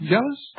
Jealous